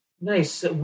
Nice